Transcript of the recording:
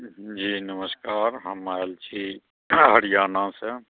जी नमस्कार हम आयल छी हरियाणासँ